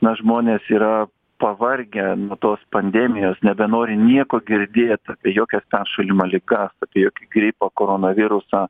na žmonės yra pavargę nuo tos pandemijos nebenori nieko girdėt apie jokias peršalimo ligas apie jokį gripą koronavirusą